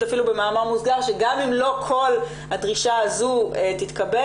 במאמר מוסגר שגם אם לא כל הדרישה הזאת תתקבל,